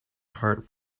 heart